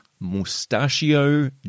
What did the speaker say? mustachio